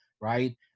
right